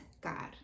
God